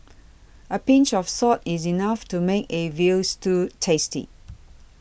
a pinch of salt is enough to make a Veal Stew tasty